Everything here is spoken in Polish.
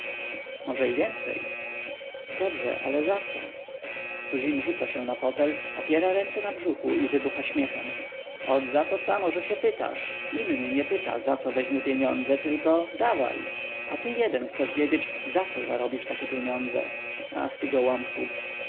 może i więcej dobrze ale zaco suzin rzuca się na fotel opiera ręce na brzuchu i wybucha śmiechem ot zato samo że się pytasz inny nie pyta zaco weźmie pieniądze tylko dawaj a ty jeden chcesz wiedzieć zaco zarobisz takie pieniądze ach ty gołąbku